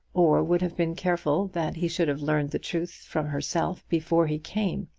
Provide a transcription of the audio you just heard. or would have been careful that he should have learned the truth from herself before he came.